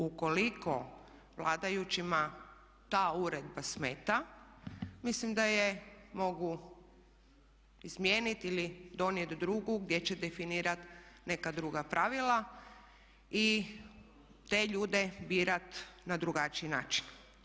Ukoliko vladajućima ta uredba smeta mislim da je mogu izmijeniti ili donijeti drugu gdje će definirat neka druga pravila i te ljude birat na drugačiji način.